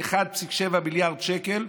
1.7 מיליארד שקל,